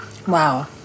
Wow